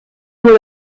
nur